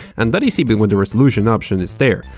and that is even when the resolution option is there.